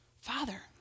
Father